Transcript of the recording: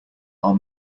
are